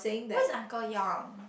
who is uncle Yong